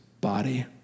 body